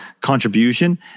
contribution